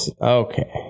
Okay